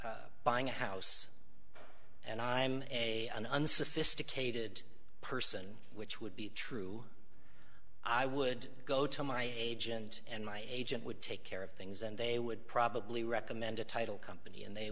buying a house and i'm a unsophisticated person which would be true i would go to my agent and my agent would take care of things and they would probably recommend a title company and they